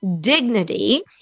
dignity